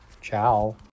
Ciao